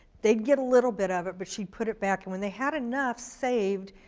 they'd get a little bit of it, but she put it back and when they had enough saved,